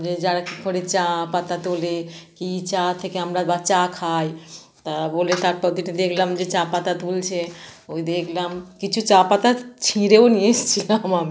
যে যার ঘরে চা পাতা তোলে কি চা থেকে আমরা বা চা খাই তা বলে তারপর যেটা দেখলাম যে চা পাতা তুলছে ওই দেকলাম কিছু চা পাতা ছিঁড়েও নিয়ে এসছিলাম আমি